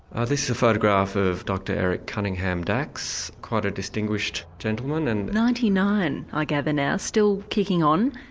ah this is a photograph of dr eric cunningham dax, quite a distinguished gentleman. and ninety-nine, i gather now, still kicking on.